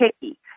picky